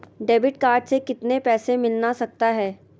Debit card से कितने पैसे मिलना सकता हैं?